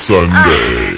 Sunday